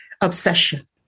obsession